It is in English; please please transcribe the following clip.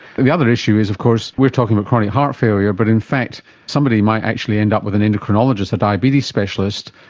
and the other issue is of course we are talking about chronic heart failure, but in fact somebody might actually end up with an endocrinologist, a diabetes specialist,